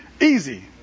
easy